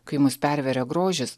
kai mus perveria grožis